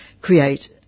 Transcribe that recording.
create